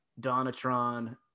Donatron